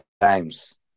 times